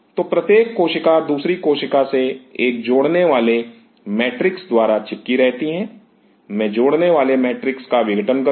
तो प्रत्येक कोशिका दूसरी कोशिका से एक जोड़ने वाले मैट्रिक्स द्वारा चिपकी रहती हैं मैं जोड़ने वाले मैट्रिक्स का विघटन करूं